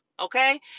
okay